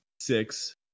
six